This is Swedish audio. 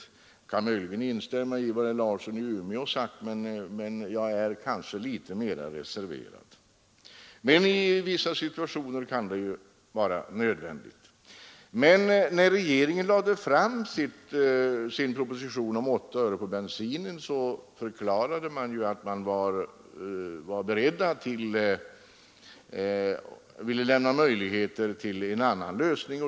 Jag kan möjligen instämma i vad herr Larsson i Umeå sagt, men jag är kanske litet mer reserverad. I vissa situationer kan det dock vara nödvändigt att göra så här. Och när regeringen lade fram sin proposition om 8 öre på bensinen, förklarades samtidigt att man ville lämna möjligheter till en annan lösning.